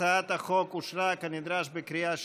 הצעת החוק אושרה כנדרש בקריאה שנייה.